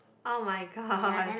oh-my-god